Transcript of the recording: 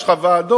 יש לך ועדות,